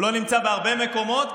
הוא לא נמצא בהרבה מקומות,